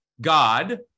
God